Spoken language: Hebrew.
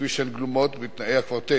כפי שהן גלומות בתנאי הקוורטט: